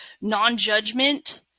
non-judgment